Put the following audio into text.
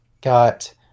got